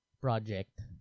project